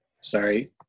Sorry